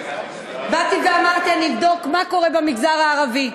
באתי ואמרתי שאני אבדוק מה קורה במגזר הערבי.